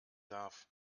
darf